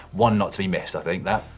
one not to be missed, i think, that.